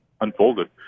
unfolded